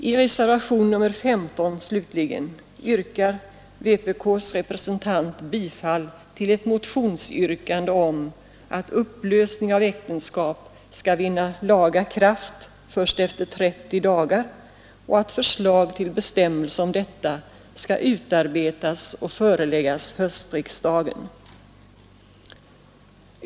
I reservationen 15, slutligen, yrkar vpk:s representant bifall till ett motionsyrkande om att upplösning av äktenskap skall vinna laga kraft först efter 30 dagar och att förslag till bestämmelse om detta skall utarbetas och föreläggas höstriksdagen.